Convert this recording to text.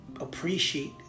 appreciate